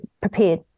prepared